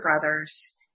brothers